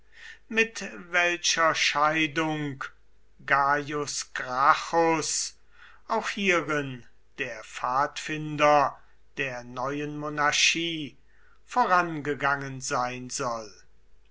mit welcher scheidung gaius gracchus auch hierin der pfadfinder der neuen monarchie vorangegangen sein soll